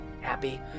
Happy